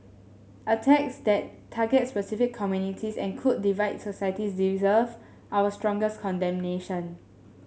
attacks that target specific communities and could divide societies deserve our strongest condemnation